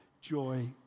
joy